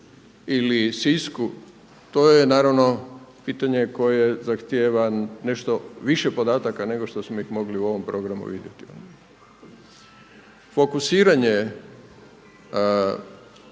ili Sisku, to je naravno pitanje koje zahtjeva nešto više podataka nego što smo ih mogli u ovom programu vidjeti. Fokusiranje